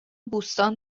بوستان